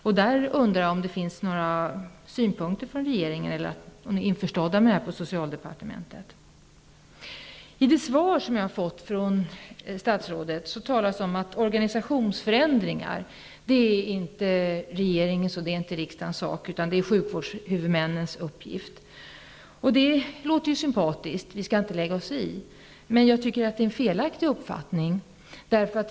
Jag undrar om regeringen har några synpunkter på det, eller om man på socialdepartementet är införstådd med detta. I svaret från statsrådet talas det om att organisationsförändringar inte är regeringens eller riksdagens sak, utan det är sjukvårdshuvudmännens uppgift. Det låter ju sympatiskt -- vi skall inte lägga oss i -- men det är en felaktig uppfattning.